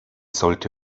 sollte